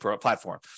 platform